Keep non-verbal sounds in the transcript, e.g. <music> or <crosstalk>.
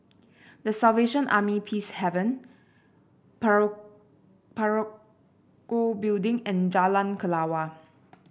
The Salvation Army Peacehaven <unintelligible> Parakou Building and Jalan Kelawar